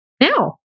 now